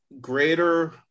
greater